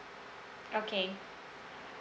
okay